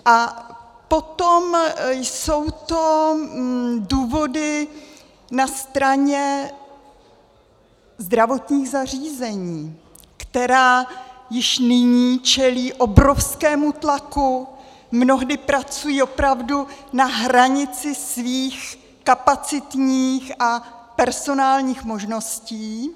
A potom jsou to důvody na straně zdravotních zařízení, která již nyní čelí obrovskému tlaku, mnohdy pracují opravdu na hranici svých kapacitních a personálních možností.